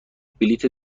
بلیت